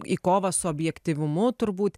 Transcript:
į kovą su objektyvumu turbūt